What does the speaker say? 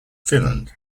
finland